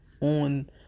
on